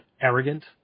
arrogant